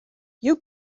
you